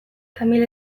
tamil